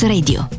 Radio